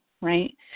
right